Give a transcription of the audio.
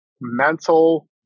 mental